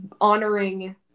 honoring